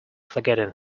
forgetting